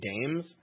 games